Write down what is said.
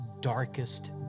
darkest